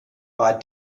bei